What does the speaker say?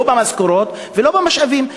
לא במשכורות ולא במשאבים.